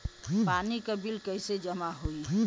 पानी के बिल कैसे जमा होयी?